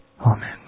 Amen